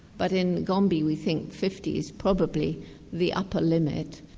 but in gombe we think fifty is probably the upper limit.